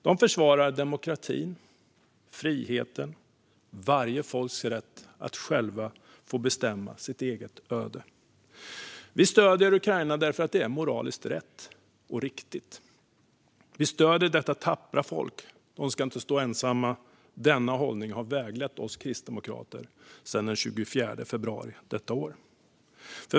De försvarar demokratin, friheten och varje folks rätt att själva få bestämma sitt eget öde. Vi stöder Ukraina för att det är moraliskt rätt och riktigt. Vi stöder detta tappra folk. De ska inte stå ensamma. Denna hållning har väglett oss kristdemokrater sedan den 24 februari detta år.